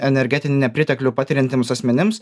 energetinį nepriteklių patiriantiems asmenims